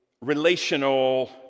relational